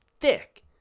thick